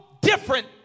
different